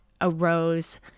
arose